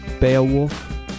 Beowulf